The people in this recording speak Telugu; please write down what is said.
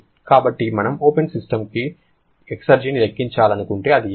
కాబట్టి మనం ఓపెన్ సిస్టమ్ కోసం ఎక్సర్జీని లెక్కించాలనుకుంటే అది ఏమిటి